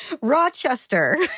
Rochester